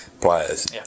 players